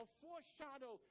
foreshadow